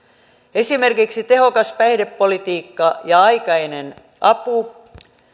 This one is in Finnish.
esimerkiksi tehokas päihdepolitiikka ja aikainen apu